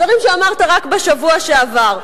דברים שאמרת רק בשבוע שעבר.